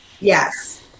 Yes